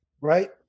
right